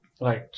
Right